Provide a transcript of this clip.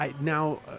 now